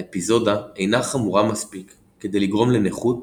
האפיזודה אינה חמורה מספיק כדי לגרום לנכות